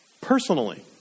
personally